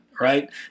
Right